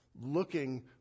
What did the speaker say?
looking